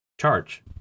charge